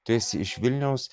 tu esi iš vilniaus